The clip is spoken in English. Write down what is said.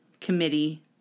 Committee